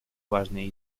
важные